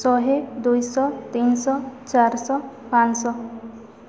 ଶହେ ଦୁଇ ଶହ ତିନି ଶହ ଚାରି ଶହ ପାଞ୍ଚ ଶହ